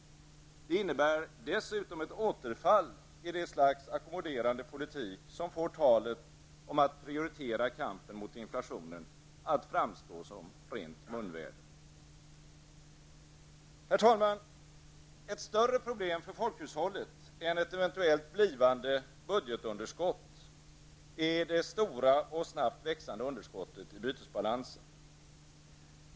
Det innebär dessutom ett återfall i det slags ackommoderande politik som får talet om att prioritera kampen mot inflationen att framstå som rent munväder. Herr talman! Ett större problem för folkhushållet än ett eventuellt blivande budgetunderskott är det stora och snabbt växande underskottet i bytesbalansen.